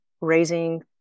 raising